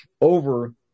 over